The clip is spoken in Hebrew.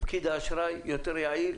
פקיד האשראי יותר יעיל